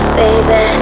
baby